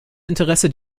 interesse